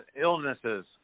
illnesses